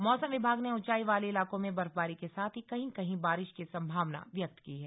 मौसम विभाग ने ऊंचाई वाले इलाकों में बर्फबारी से साथ ही कहीं कहीं बारिश की संभावना व्यक्त की है